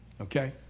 okay